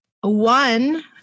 one